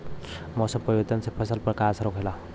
मौसम परिवर्तन से फसल पर का असर होखेला?